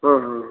ಹಾಂ ಹಾಂ